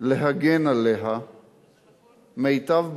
להגן עליה מיטב בנינו,